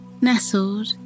Nestled